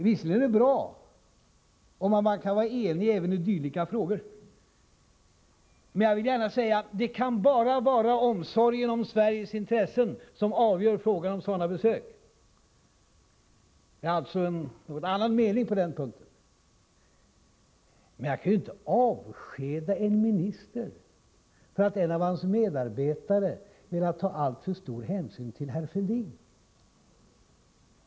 Det är visserligen bra om man kan vara enig även i dylika frågor. Men det kan bara vara omsorgen om Sveriges intressen som avgör frågan om sådana besök. Jag har alltså en något annan mening på den punkten, men jag kan ju inte avskeda en minister för att en av hans medarbetare velat ta alltför stor hänsyn till herr Fälldin.